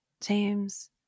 James